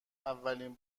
اولین